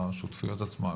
לשותפויות עצמן,